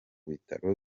bitaro